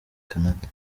canada